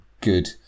good